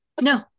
No